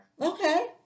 Okay